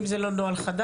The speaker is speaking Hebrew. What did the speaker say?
אם זה לא נוכל חדש,